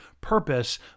purpose